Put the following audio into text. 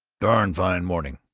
darn fine morning,